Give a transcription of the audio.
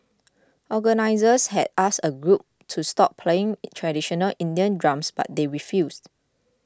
organisers had asked a group to stop playing traditional Indian drums but they refused